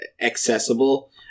accessible